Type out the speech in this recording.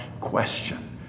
question